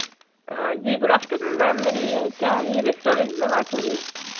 जी good afternoon ma'am मेरी क्या यह रेस्टुरेंट में बात हो रही है